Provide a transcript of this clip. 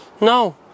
No